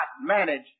manage